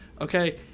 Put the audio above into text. okay